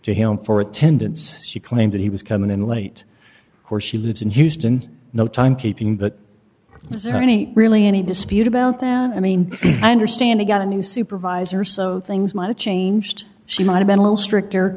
to him for attendance she claimed that he was coming in late or she lives in houston no time keeping but is there any really any dispute about that i mean i understand he got a new supervisor so things might have changed she might have been a little stricter